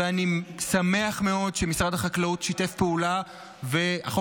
ואני שמח מאוד שמשרד החקלאות שיתף פעולה ושהחוק